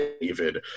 David